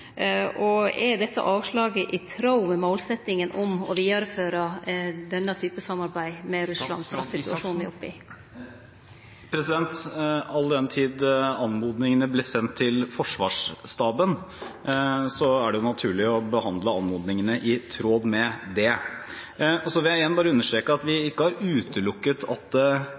Og er dette avslaget i tråd med målsetjinga om å vidareføre denne typen samarbeid med Russland, i den situasjonen me er oppe i? All den tid anmodningene ble sendt til Forsvarsstaben, er det naturlig å behandle anmodningene i tråd med det. Så vil jeg igjen bare understreke at vi